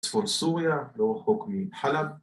‫צפון סוריה, לא רחוק מחלב.